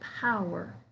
power